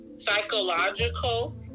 psychological